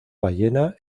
ballena